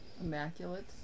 immaculate